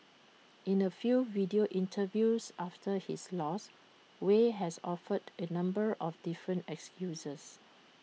in A few video interviews after his loss Wei has offered A number of different excuses